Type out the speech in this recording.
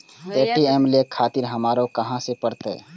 ATM ले खातिर हमरो कहाँ जाए परतें?